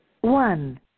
One